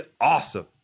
awesome